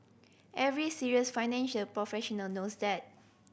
every serious financial professional knows that